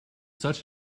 such